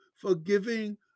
forgiving